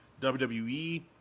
WWE